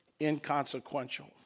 inconsequential